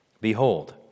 Behold